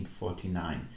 1949